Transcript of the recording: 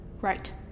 Right